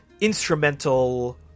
instrumental